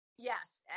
Yes